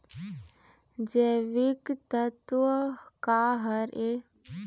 जैविकतत्व का हर ए?